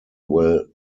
will